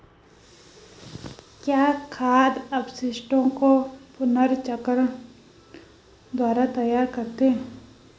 क्या खाद अपशिष्टों को पुनर्चक्रण द्वारा तैयार करते हैं?